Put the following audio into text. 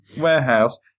warehouse